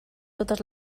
totes